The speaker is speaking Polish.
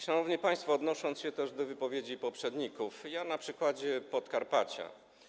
Szanowni państwo, odnosząc się też do wypowiedzi poprzedników - ja na przykładzie Podkarpacia.